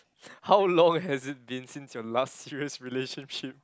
how long has it been since your last serious relationship